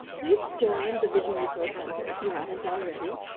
please join the vision resource center, if you haven't already.